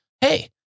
hey